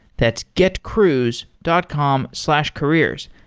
that's getcruise dot com slash careers.